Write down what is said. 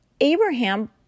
Abraham